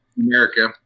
America